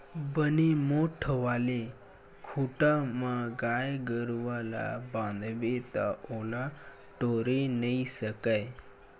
बने मोठ्ठ वाले खूटा म गाय गरुवा ल बांधबे ता ओला टोरे नइ सकय